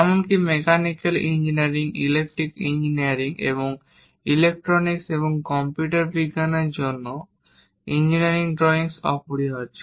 এমনকি mechanical engineering electric engineering এবং electronics এবং কম্পিউটার বিজ্ঞানের জন্য ইঞ্জিনিয়ারিং ড্রয়িং অপরিহার্য